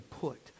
put